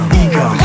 ego